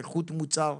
איכות מוצר,